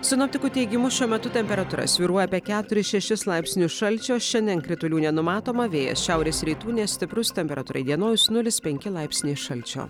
sinoptikų teigimu šiuo metu temperatūra svyruoja apie keturis šešis laipsnius šalčio šiandien kritulių nenumatoma vėjas šiaurės rytų nestiprus temperatūra įdienojus nulis penki laipsniai šalčio